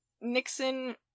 Nixon-